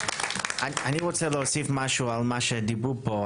אני רוצה להוסיף משהו על מה שדיברו פה,